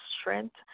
strength